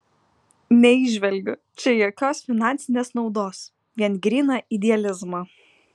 neįžvelgiu čia jokios finansinės naudos vien gryną idealizmą